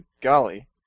golly